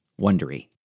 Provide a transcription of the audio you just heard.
wondery